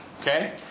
Okay